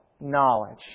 knowledge